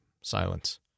silence